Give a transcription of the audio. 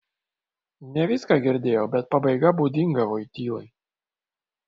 ne viską girdėjau bet pabaiga būdinga voitylai